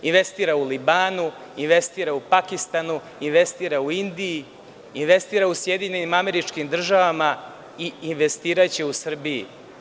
Investira u Libanu, investira u Pakistanu, investira u Indiji, investira u SAD, i investiraće u Srbiji.